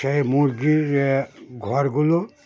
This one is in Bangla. সেই মুরগির ঘরগুলো